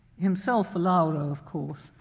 himself a laura, of course,